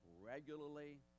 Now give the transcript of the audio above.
regularly